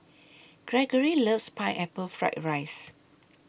Gregory loves Pineapple Fried Rice